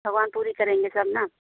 भगवान पूरी करेंगे सब ना